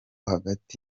hagati